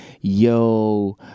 yo